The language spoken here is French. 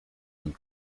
jeune